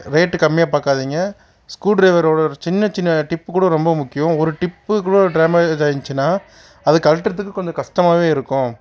rate கம்மியாக பார்க்காதிங்க screw ட்ரைவரோடய சின்ன சின்ன டிப்பு கூட ரொம்ப முக்கியம் ஒரு டிப்பு கூட டேமேஜ் ஆகிச்சின்னா அது கழட்டுறதுக்கு கொஞ்சம் கஷ்டமாவே இருக்கும்